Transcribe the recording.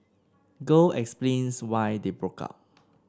girl explains why they broke up